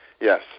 Yes